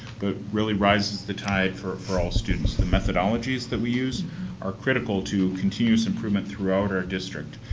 but really rises the tide for for all students, the methodologies that we use are critical to continuous improvement throughout our district.